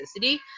toxicity